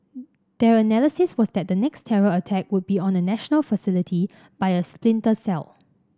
their analysis was that the next terror attack would be on a national facility by a splinter cell